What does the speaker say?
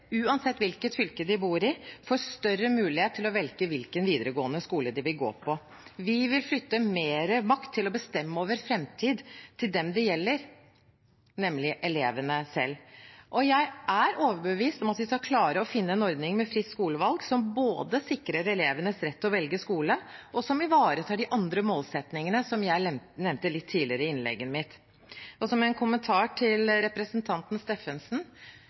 uansett hvilket fylke de bor i, får større mulighet til å velge hvilken videregående skole de vil gå på. Vi vil flytte mer makt til å bestemme over framtiden til dem det gjelder, nemlig elevene selv. Jeg er overbevist om at vi skal klare å finne en ordning med fritt skolevalg som både sikrer elevenes rett til å velge skole, og som ivaretar de andre målsettingene som jeg nevnte litt tidligere i innlegget mitt. Som en kommentar til representanten Steffensen: